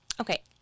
Okay